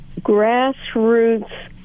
grassroots